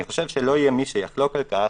אני חושב שלא יהיה מי שיחלוק על כך,